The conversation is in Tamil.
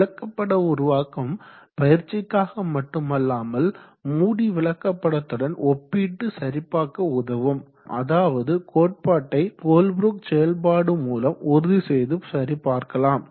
விளக்கப்பட உருவாக்கம் பயிற்சிக்காக மட்டுமல்லாமல் மூடி விளக்கப்படத்துடன் ஒப்பீட்டு சரிபார்க்க உதவும் அதாவது கோட்பாட்டை கோல்ப்ரூக் செயல்பாடு மூலம் உறுதிசெய்து சரிபார்க்கலாம்